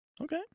Okay